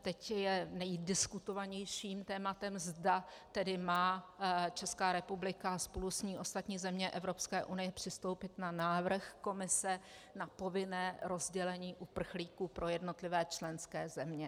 Teď je nejdiskutovanějším tématem, zda tedy má Česká republika a spolu s ní ostatní země Evropské unie přistoupit na návrh Komise na povinné rozdělení uprchlíků pro jednotlivé členské země.